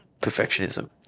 perfectionism